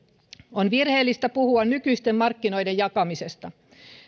on virheellistä puhua nykyisten markkinoiden jakamisesta